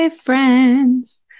friends